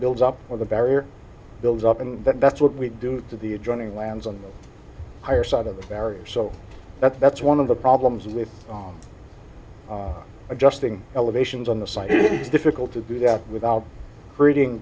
builds up on the barrier builds up and that's what we do to the adjoining lands on the higher side of the barrier so that's that's one of the problems with adjusting elevations on the site it is difficult to do that without creating